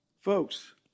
Folks